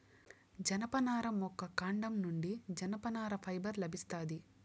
జనపనార మొక్క కాండం నుండి జనపనార ఫైబర్ లభిస్తాది